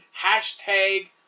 hashtag